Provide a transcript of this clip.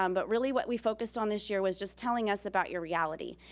um but really what we focused on this year was just telling us about your reality.